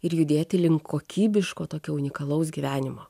ir judėti link kokybiško tokio unikalaus gyvenimo